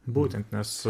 būtent nes